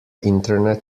internet